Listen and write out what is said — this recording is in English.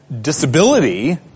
disability